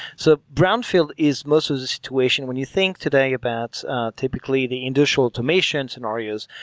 so brownfield is most of the situation when you think today about typically the industrial automation scenarios.